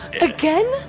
Again